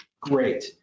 great